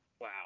Wow